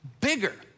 bigger